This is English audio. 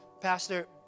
Pastor